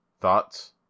Thoughts